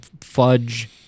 fudge